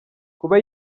kuba